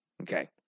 Okay